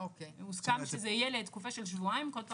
הוסכם שזה יהיה לתקופה של שבועיים כל פעם.